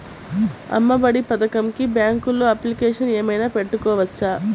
అమ్మ ఒడి పథకంకి బ్యాంకులో అప్లికేషన్ ఏమైనా పెట్టుకోవచ్చా?